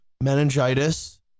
meningitis